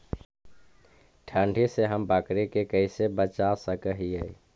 ठंडी से हम बकरी के कैसे बचा सक हिय?